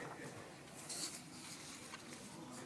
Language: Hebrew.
את